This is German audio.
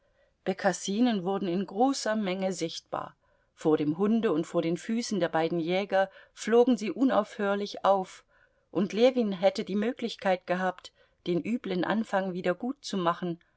bekassinen wurden in großer menge sichtbar vor dem hunde und vor den füßen der beiden jäger flogen sie unaufhörlich auf und ljewin hätte die möglichkeit gehabt den üblen anfang